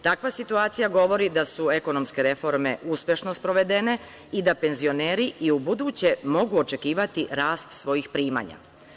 Takva situacija govori da su ekonomske reforme uspešno sprovedene i da penzioneri i ubuduće mogu očekivati rast svojih primanja.